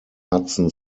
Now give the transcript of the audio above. hudson